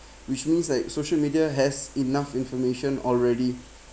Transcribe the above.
which means like social media has enough information already